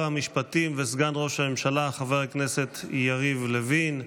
המשפטים וסגן ראש הממשלה חבר הכנסת יריב לוין.